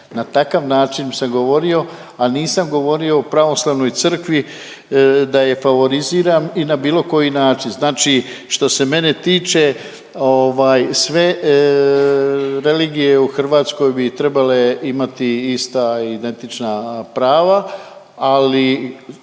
na takav način sam govorio, a nisam govorio o Pravoslavnoj crkvi da je favoriziram i na bilo koji način. Znači što se mene tiče ovaj sve religije u Hrvatskoj bi trebale imati ista identična prava, ali